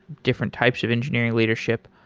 different types of engineering leadership.